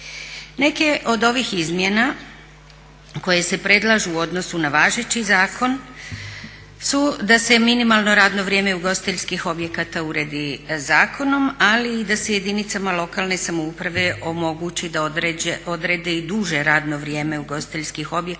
Neke od ovih izmjena koje se predlažu u odnosu na važeći zakon su da se minimalno radno vrijeme ugostiteljskih objekata uredi zakonom, ali i da se jedinicama lokalne samouprave omogući da odrede i duže radno vrijeme ugostiteljskih objekata